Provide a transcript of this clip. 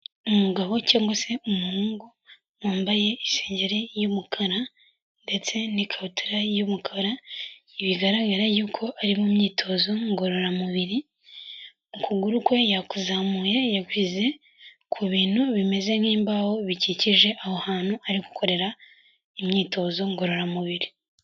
Umugabo cyangwa se umuhungu wambaye isengeri y'umukara ndetse n'ikabutura y'umukara bigaragara yuko ari mu myitozo ngororamubiri, ukuguru kwe yakuzamuye yagushyize ku bintu bimeze nk'imbaho bikikije aho hantu arikorera imyitozo ngororamubiri.